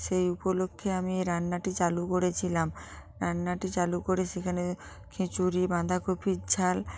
সেই উপলক্ষে আমি এ রান্নাটি চালু করেছিলাম রান্নাটি চালু করে সেখানে খিচুড়ি বাঁধাকপির ঝাল